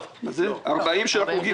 40 מיליון